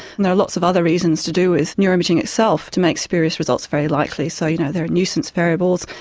and there are lots of other reasons to do with neuro-imaging itself to make spurious results very likely. so you know there are nuisance variables,